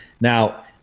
now